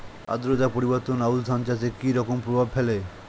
আদ্রতা পরিবর্তন আউশ ধান চাষে কি রকম প্রভাব ফেলে?